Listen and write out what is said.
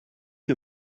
que